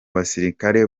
basirikare